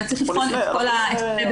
אלא צריך לבחון את כל ההיבטים שלו.